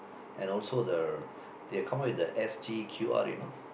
and also the they'll come up with the S_G_Q_R you know